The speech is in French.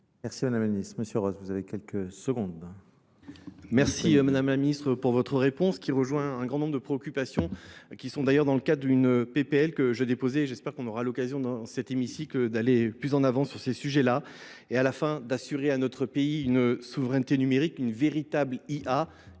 Merci madame la ministre. Monsieur Ross, vous avez quelques secondes. Merci Madame la Ministre pour votre réponse qui rejoint un grand nombre de préoccupations qui sont d'ailleurs dans le cadre d'une PPL que je déposais. J'espère qu'on aura l'occasion dans cet hémicycle d'aller plus en avant sur ces sujets-là et à la fin d'assurer à notre pays une souveraineté numérique, une véritable IA,